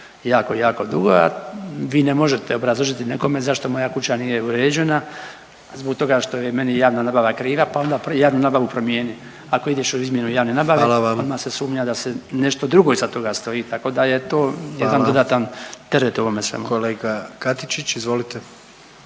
jako, jako dugo, a vi ne možete obrazložiti nekome zašto moja kuća nije uređena zbog toga što je meni javna nabava kriva, pa onda javnu nabavu promijeni. Ako ideš u izmjenu javne nabave …/Upadica: Hvala vam./… odmah se sumnja da se nešto drugo iza toga stoji, tako da je to jedan dodatan …/Upadica: Hvala./… teret ovome